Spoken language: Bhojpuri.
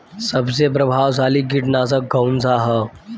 सबसे प्रभावशाली कीटनाशक कउन सा ह?